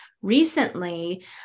Recently